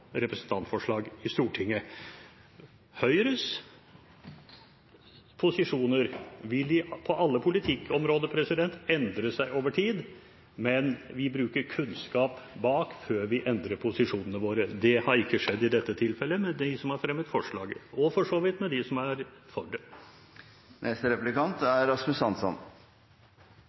representantforslag i Stortinget. Høyres posisjoner vil på alle politikkområder endre seg over tid, men vi bruker kunnskap før vi endrer posisjonene våre. Det har ikke skjedd i dette tilfellet med dem som har fremmet forslaget, eller for så vidt med dem som er for det. Spørsmålet om kullets effekt på jordas klima trenger knapt nok flere utredninger, og dermed er